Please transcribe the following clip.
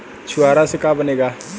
छुआरा का से बनेगा?